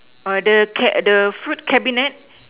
uh the cab~ the fruit cabinet